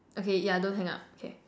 okay yeah don't hang up K